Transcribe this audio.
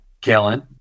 Kellen